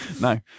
no